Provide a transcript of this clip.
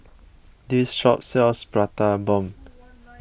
this shop sells Prata Bomb